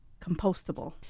compostable